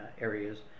areas